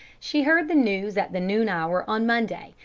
she heard the news at the noon hour on monday,